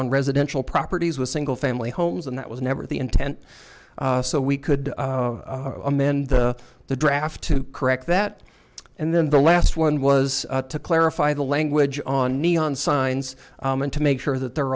on residential properties with single family homes and that was never the intent so we could amend the draft to correct that and then the last one was to clarify the language on neon signs and to make sure that they are